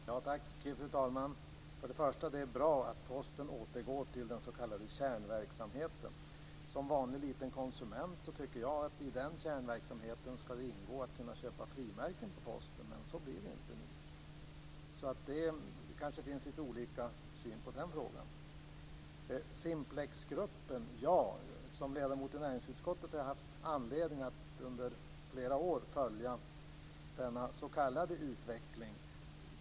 Fru talman! Först och främst vill jag säga att det är bra att Posten återgår till den s.k. kärnverksamheten. Som vanlig liten konsument tycker jag att det i den kärnverksamheten ska ingå att man kan köpa frimärken på posten, men så blir det inte nu. Det kanske finns lite olika sätt att se på den frågan. Ministern nämner Simplexgruppen. Som ledamot i näringsutskottet har jag haft anledning att under flera år följa denna s.k. utveckling.